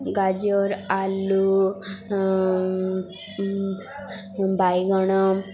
ଗାଜର ଆଳୁ ବାଇଗଣ